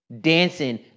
dancing